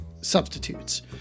substitutes